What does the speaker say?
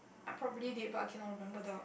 I probably did but I cannot remember the